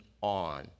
on